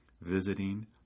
visiting